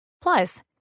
Plus